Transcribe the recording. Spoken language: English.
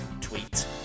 tweet